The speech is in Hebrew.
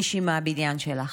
מישהי מהבניין שלך.